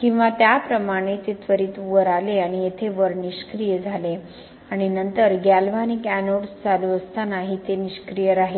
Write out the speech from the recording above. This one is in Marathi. किंवा त्याप्रमाणे ते त्वरीत वर आले आणि येथे वर निष्क्रिय झाले आणि नंतर गॅल्व्हॅनिक एनोड्स चालू असतानाही ते निष्क्रिय राहिले